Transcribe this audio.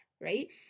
right